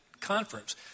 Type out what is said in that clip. conference